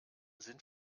sind